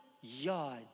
yard